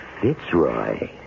Fitzroy